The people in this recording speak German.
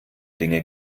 dinge